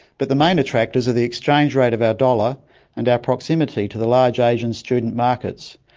but the main attractors are the exchange rate of our dollar and our proximity to the large asian student markets.